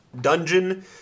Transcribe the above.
dungeon